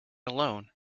alone